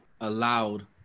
allowed